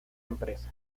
empresa